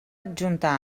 adjuntar